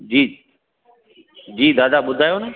जी जी दादा ॿुधायो न